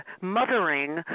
mothering